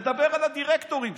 הוא מדבר על הדירקטורים,